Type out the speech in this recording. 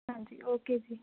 ਹਾਂਜੀ ਓਕੇ ਜੀ